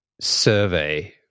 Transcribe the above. survey